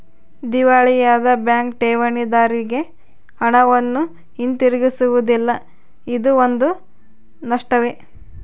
ದಿವಾಳಿಯಾದ ಬ್ಯಾಂಕ್ ಠೇವಣಿದಾರ್ರಿಗೆ ಹಣವನ್ನು ಹಿಂತಿರುಗಿಸುವುದಿಲ್ಲ ಇದೂ ಒಂದು ನಷ್ಟವೇ